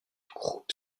groupe